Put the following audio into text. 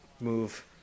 move